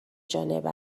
جانب